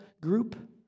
group